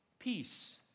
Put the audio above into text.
peace